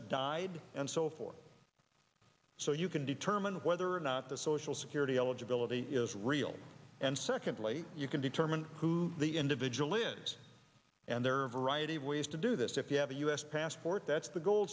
died and so forth so you can determine whether or not the social security eligibility is real and secondly you can determine who the individual is and there are a variety of ways to do this if you have a u s passport that's the go